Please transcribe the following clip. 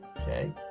Okay